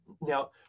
now